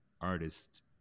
artist